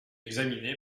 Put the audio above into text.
examinées